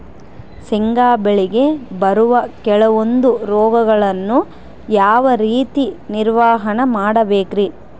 ಶೇಂಗಾ ಬೆಳೆಗೆ ಬರುವ ಕೆಲವೊಂದು ರೋಗಗಳನ್ನು ಯಾವ ರೇತಿ ನಿರ್ವಹಣೆ ಮಾಡಬೇಕ್ರಿ?